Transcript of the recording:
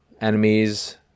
enemies